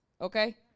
okay